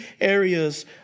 areas